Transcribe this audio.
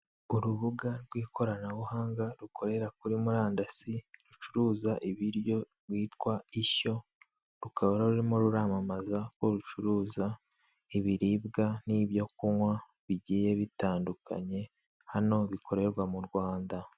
Urubuga rw'ikoranabuhanga rukorera kuri murandasi rucuruza ibiryo rwitwa Ishyo rukaba rurimo ruramamaza ko rucuruza ibiribwa n'ibyokunywa bigiye bitandukanye hano bikorerwa mu Rwanda.